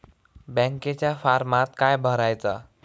बँकेच्या फारमात काय भरायचा?